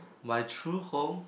my true home